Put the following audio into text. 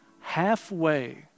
halfway